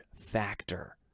factor